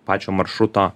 pačio maršruto